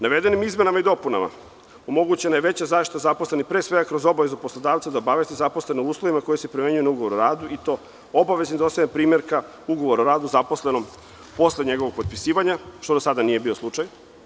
Navedenim izmenama i dopunama omogućena je veća zaštita zaposlenih, pre svega kroz obavezu poslodavca da obavesti zaposlenih o uslovima koji se primenjuju na ugovor o radu, i to: obavezno dostavljanje primerka ugovora o radu zaposlenom posle njegovog potpisivanja, što do sada nije bio slučaj.